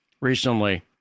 recently